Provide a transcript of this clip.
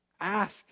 ask